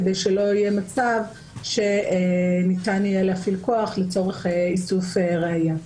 כדי שלא יהיה מצב שניתן יהיה להפעיל כוח לצורך איסוף ראיה.